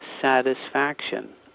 satisfaction